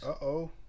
Uh-oh